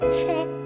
check